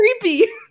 creepy